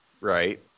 right